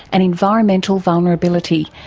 and environmental vulnerability,